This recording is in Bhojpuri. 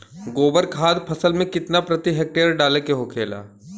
गोबर खाद फसल में कितना प्रति हेक्टेयर डाले के होखेला?